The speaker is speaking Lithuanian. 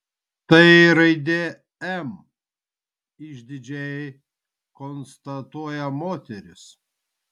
tai raidė m išdidžiai konstatuoja moteris